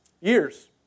Years